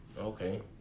Okay